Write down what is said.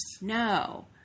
No